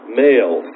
male